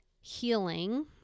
healing